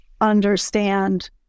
understand